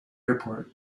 airport